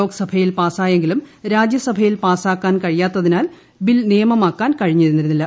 ലോക്സഭയിൽ പാസായെങ്കിലും രാജ്യസഭയിൽ പാസ്സാക്കാൻ കഴിയാത്തതിനാൽ ബിൽ നിയമമാക്കാൻ കഴിഞ്ഞിരുന്നില്ല